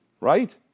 Right